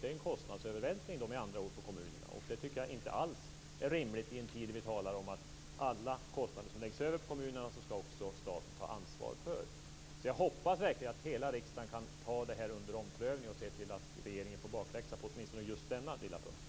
Det är med andra ord en kostnadsövervältring på kommunerna. Det tycker jag inte alls är rimligt i en tid då vi talar om att staten skall ta ansvar för alla kostnader som läggs över på kommunerna. Så jag hoppas verkligen att hela riksdagen kan ta det här under omprövning och se till att regeringen får bakläxa på åtminstone just denna lilla punkt.